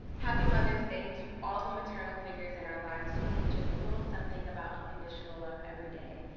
happy mother's day to all the maternal figures in our lives who teach us a little something about unconditional love everyday.